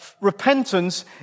Repentance